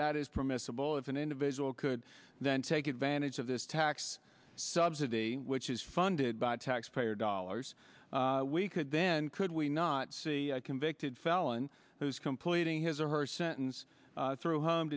that is permissible if an individual could then take advantage of this tax subsidy which is funded by taxpayer dollars we could then could we not see a convicted felon who's completing his or her sentence through home